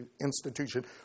institution